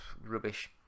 rubbish